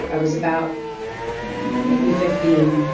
i was about maybe fifteen,